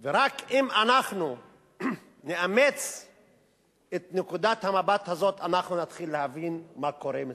ורק אם אנחנו נאמץ את נקודת המבט הזאת נתחיל להבין מה קורה מסביבנו.